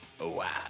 Wow